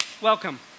welcome